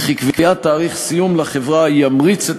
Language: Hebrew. וכי קביעת תאריך סיום לחברה תמריץ את